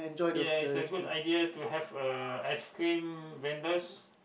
ya is a good idea to have a ice cream vendors